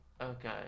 Okay